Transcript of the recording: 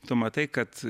tu matai kad